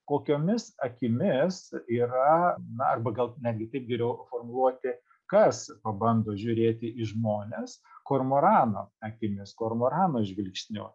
kokiomis akimis yra na arba gal netgi taip geriau formuluoti kas pabando žiūrėti į žmones kormorano akimis kormorano žvilgsniu